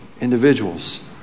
individuals